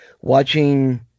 Watching